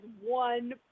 one